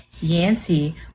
Yancy